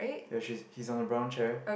ya she's he's on a brown chair